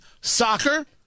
Soccer